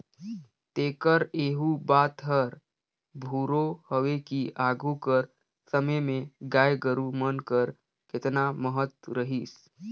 तेकर एहू बात हर फुरों हवे कि आघु कर समे में गाय गरू मन कर केतना महत रहिस